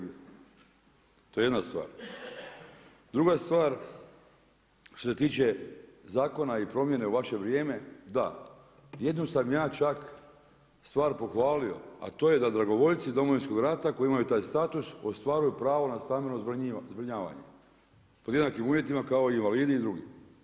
Druga stvar, što se tiče zakona i promjene u vaše vrijeme, da jednu sam čak ja stvar pohvalio, a to je da dragovoljci Domovinskog rata koji imaju taj status ostvaruju pravo na stambeno zbrinjavanje po jednakim uvjetima kao invalidi i drugi.